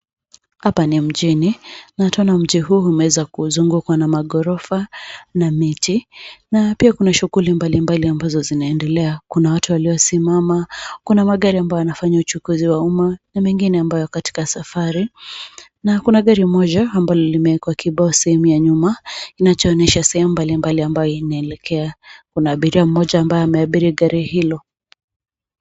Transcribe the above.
Hapa ni mjini, na tunaona mji huu umeza kuzungukwa na maghorofa na miti. Na pia kuna shughuli mbalimbali ambazo zinaendelea. Kuna watu waliosimama. Kuna magari ambayo yanafanya uchukuzi wa umma na mengine ambayo katika safari, na kuna gari moja ambalo limeekwa kibao sehemu ya nyuma kinacho onyesha sehemu mbalimbali ambayo inelekea. Kuna abiria mmoja ambaye ameabiri gari hilo.